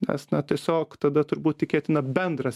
nes na tiesiog tada turbūt tikėtina bendras